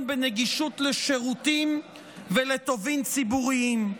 בנגישות של שירותים וטובין ציבוריים.